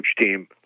team